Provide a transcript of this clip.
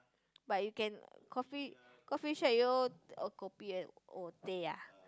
but you can coffee coffee shop you o~ oh kopi and oh teh ah